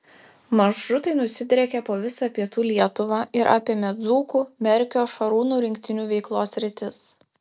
maršrutai nusidriekė po visą pietų lietuvą ir apėmė dzūkų merkio šarūno rinktinių veiklos sritis